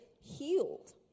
healed